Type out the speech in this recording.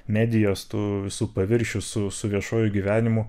medijos tų visų paviršių su su viešuoju gyvenimu